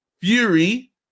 fury